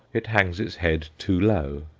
it hangs its head too low,